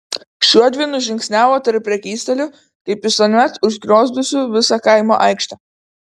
šiuodvi nužingsniavo tarp prekystalių kaip visuomet užgriozdusių visą kaimo aikštę